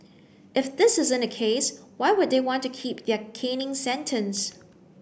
if this isn't the case why would they want to keep their caning sentence